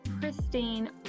pristine